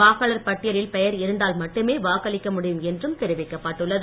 வாக்காளர் பட்டியலில் பெயர் இருந்தால் மட்டுமே வாக்களிக்க முடியும் என்றும் தெரிவிக்கப்பட்டுள்ளது